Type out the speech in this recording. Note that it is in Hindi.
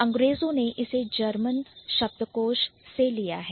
अंग्रेजों ने इसे जर्मन शब्दकोश से लिया है